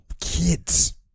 kids